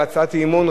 בהצעת אי-אמון,